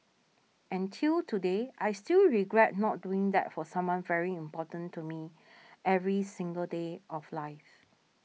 and till today I still regret not doing that for someone very important to me every single day of life